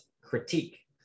critique